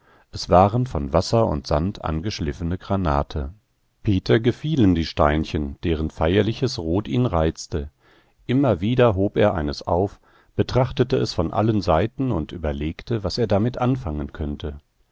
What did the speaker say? es waren von wasser und sand angeschliffene granate peter gefielen die steinchen deren feierliches rot ihn reizte immer wieder hob er eines auf betrachtete es von allen seiten und überlegte was er damit anfangen könnte